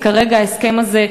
כי כרגע ההסכם הזה,